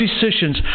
decisions